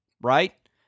right